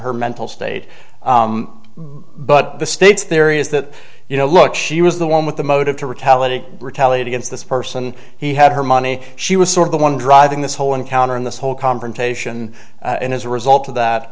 mental state but the state's theory is that you know look she was the one with the motive to retaliate retaliate against this person he had her money she was sort of the one driving this whole encounter in this whole confrontation and as a result of that